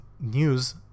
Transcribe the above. news